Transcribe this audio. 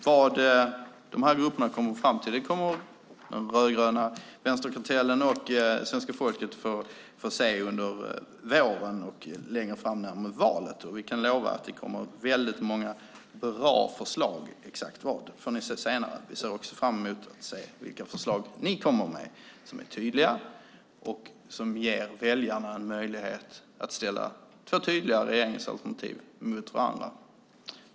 Vad dessa grupper kommer fram till kommer den rödgröna vänsterkartellen och svenska folket att få se under våren och längre fram mot valet. Vi kan lova att det kommer väldigt många bra förslag, men exakt vad får ni se senare. Vi ser också fram emot att se vilka förslag ni kommer med som är tydliga och som ger väljarna en möjlighet att ställa två tydliga regeringsalternativ mot varandra.